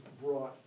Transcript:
brought